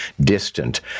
distant